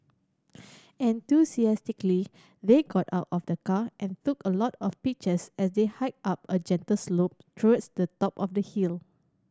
enthusiastically they got out of the car and took a lot of pictures as they hiked up a gentle slope towards the top of the hill